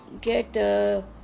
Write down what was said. get